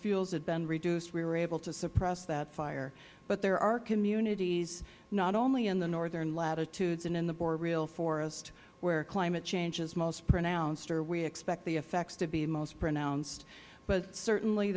fuels had been reduced we were able to suppress that fire but there are communities not only in the northern latitudes and in the more real forests where climate change is the most pronounced or we expect the effects to be most pronounced but certainly